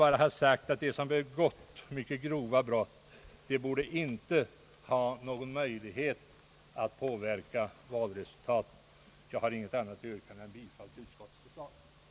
De som begått mycket grova brott borde inte ha någon möjlighet att påverka valresultatet. Jag har inget annat yrkande än bifall till utskottets förslag. inte skall ha någon